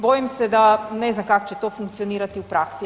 Bojim se da, ne znam kako će to funkcionirati u praksi.